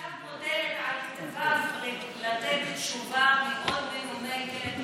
עכשיו מוטל על כתפיו לתת תשובה מאוד מנומקת,